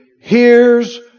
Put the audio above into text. hears